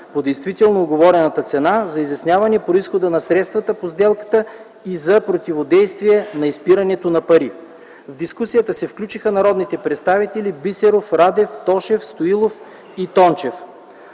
по действително уговорената цена, за изясняване произхода на средствата по сделката и за противодействие на изпирането на пари. В дискусията се включиха народните представители Бисеров, Радев, Тошев, Стоилов и Тончев.